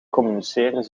communiceren